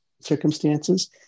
circumstances